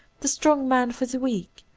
the strong man for the weak,